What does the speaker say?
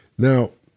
now,